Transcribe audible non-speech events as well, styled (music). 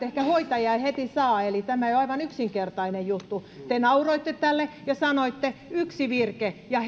(unintelligible) ehkä hoitajia ei heti saa eli tämä ei ole aivan yksinkertainen juttu te nauroitte tälle ja sanoitte yksi virke ja (unintelligible)